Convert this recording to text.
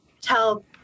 tell